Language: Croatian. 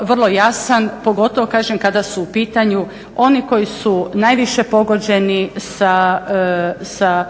vrlo jasan pogotovo kažem kada su u pitanju oni koji su najviše pogođeni sa